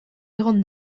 egon